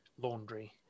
laundry